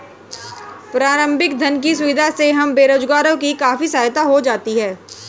प्रारंभिक धन की सुविधा से हम बेरोजगारों की काफी सहायता हो जाती है